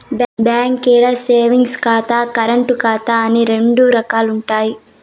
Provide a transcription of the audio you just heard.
బాంకీల్ల సేవింగ్స్ ఖాతా, కరెంటు ఖాతా అని రెండు రకాలుండాయి